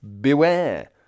beware